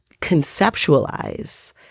conceptualize